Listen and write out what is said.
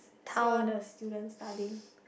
see all the students studying